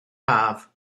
haf